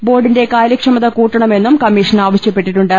ബോർഡിന്റെ കാര്യക്ഷമത കൂട്ടണ മെന്നും കമ്മീഷൻ ആവശ്യപ്പെട്ടിട്ടുണ്ട്